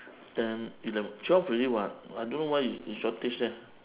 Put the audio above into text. ten eleven twelve already what I don't know why it it shortage eh